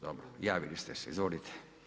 Dobro, javili ste se, izvolite.